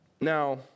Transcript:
Now